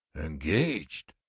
engaged?